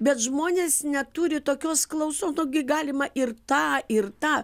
bet žmonės neturi tokios klausos gi galima ir tą ir tą